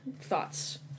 thoughts